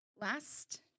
last